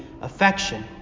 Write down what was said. affection